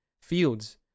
Fields